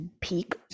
peak